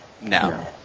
No